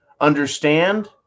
Understand